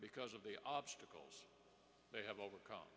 because of the obstacles they have overcome